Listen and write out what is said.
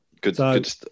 Good